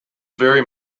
very